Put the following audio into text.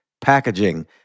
packaging